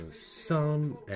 sun